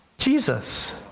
Jesus